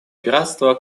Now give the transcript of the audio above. пиратства